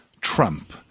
trump